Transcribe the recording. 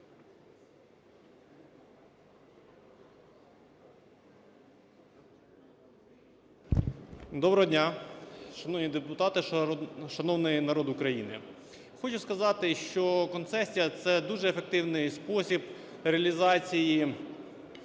Доброго дня, шановні депутати, шановний народ України! Хочу сказати, що концесія – це дуже ефективний спосіб реалізації